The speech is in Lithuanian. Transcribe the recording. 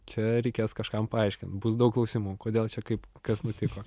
čia reikės kažkam paaiškint bus daug klausimų kodėl čia kaip kas nutiko